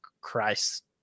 Christ